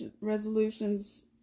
resolutions